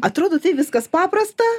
atrodo tai viskas paprasta